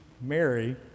Mary